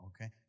okay